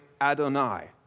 Adonai